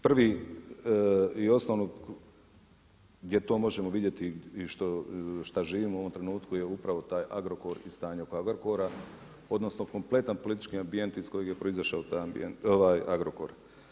Prvi i osnovno gdje to možemo vidjeti i šta živim u ovom trenutku je upravo taj Agrokor i stanje oko Agrokora, odnosno kompletan politički ambijent iz kojeg je proizašao taj Agrokor.